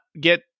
get